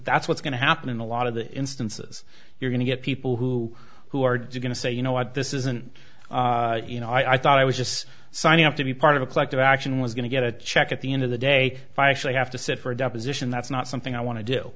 that's what's going to happen in a lot of the instances you're going to get people who who are going to say you know what this isn't you know i thought i was just signing up to be part of a collective action was going to get a check at the end of the day if i actually have to sit for a deposition that's not something i want to do